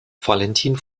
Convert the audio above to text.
valentin